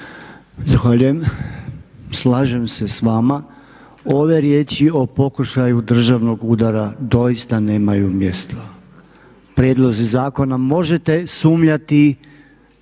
Zahvaljujem. Slažem se s vama, ove riječi o pokušaju državnog udara doista nemaju mjesto. Prijedlozi zakona, možete sumnjati